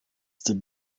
the